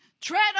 Tread